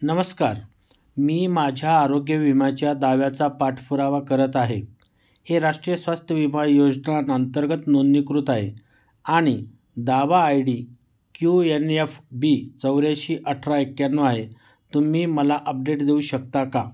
नमस्कार मी माझ्या आरोग्य विमाच्या दाव्याचा पाठपुरावा करत आहे हे राष्ट्रीय स्वास्थ्य विमा योजना अंतर्गत नोंदणीकृत आहे आणि दावा I D Q N F B चौऱ्याऐंशी अठरा एक्याण्णव आहे तुम्ही मला अपडेट देऊ शकता का